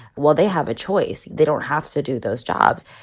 well, they have a choice. they don't have to do those jobs.